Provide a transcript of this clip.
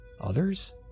Others